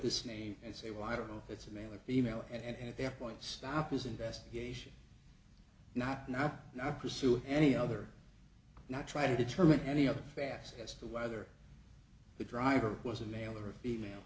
this name and say well i don't know it's a male or female and at that point stop his investigation not now not pursue any other not try to determine any other facets to whether the driver was a male or a female